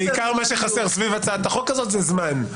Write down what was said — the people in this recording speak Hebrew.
בעיקר מה שחסר סביב הצעת החוק הזאת זה זמן.